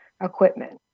equipment